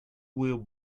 will